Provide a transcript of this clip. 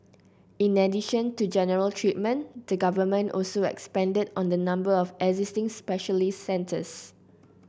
in addition to general treatment the Government also expanded on the number of existing specialist centres